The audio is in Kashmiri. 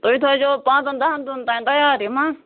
تُہۍ تھٲیزیو پانٛژَن دَہَن دۄہَن تام تَیار یِم ہہ